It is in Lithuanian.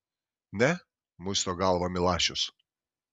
ne muisto galvą milašius